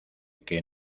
que